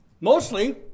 mostly